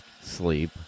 sleep